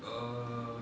err